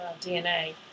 DNA